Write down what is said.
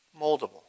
moldable